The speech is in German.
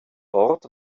dort